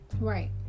Right